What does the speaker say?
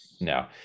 No